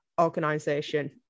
organization